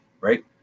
right